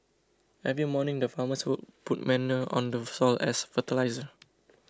every morning the farmers would put manure on the soil as fertiliser